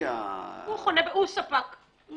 הוא ספק, הוא